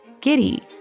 Giddy